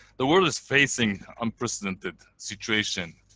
the world is facing unprecedented situation,